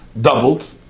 doubled